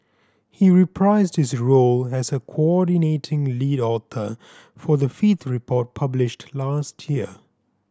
he reprised his role as a coordinating lead author for the fifth report published last year